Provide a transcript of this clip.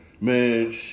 man